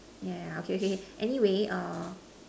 yeah yeah yeah okay okay anyway err